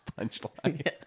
punchline